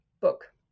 book